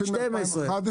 זה התחיל ב-2011,